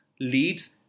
leads